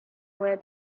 where